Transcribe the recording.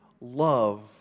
love